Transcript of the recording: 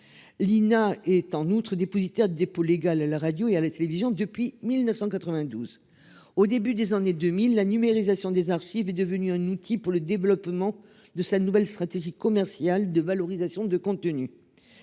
L'INA est en outre dépositaire de dépôt légal à la radio et à la télévision depuis 1992. Au début des années 2000. La numérisation des archives est devenu un outil pour le développement de sa nouvelle stratégie commerciale de valorisation de tenu.